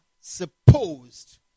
supposed